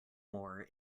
war